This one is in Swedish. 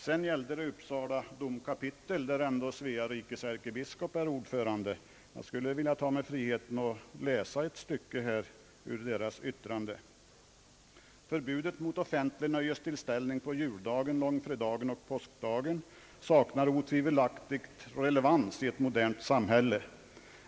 Vad beträffar Uppsala domkapitel, där ändå Svea rikes ärkebiskop är ordförande, skulle jag vilja ta mig friheten att läsa ett stycke ur dess yttrande: »Förbudet mot offentlig nöjestillställning på juldagen, långfredagen och påskdagen saknar otvivelaktigt relevans i ett modernt samhälle.